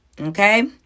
okay